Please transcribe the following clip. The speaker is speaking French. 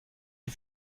des